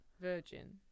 virgin